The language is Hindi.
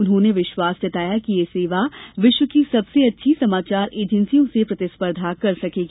उन्होंने विश्वास जताया कि यह सेवा विश्व की सबसे अच्छी समाचार एजेन्सियों से प्रतिस्पर्धा कर सकेगी